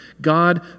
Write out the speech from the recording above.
God